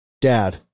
dad